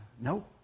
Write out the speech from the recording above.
no